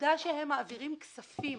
העובדה שהם מעבירים כספים